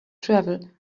travel